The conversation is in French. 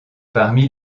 parmi